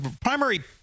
primary